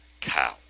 cow